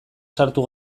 sartu